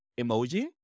emoji